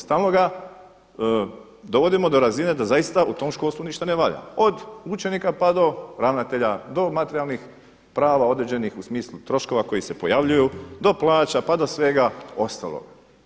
Stalno ga dovodimo do razine da zaista u tom školstvu ništa ne valja od učenika pa do ravnatelja, do materijalnih prava određenih u smislu troškova koji se pojavljuju do plaća, pa do svega ostalog.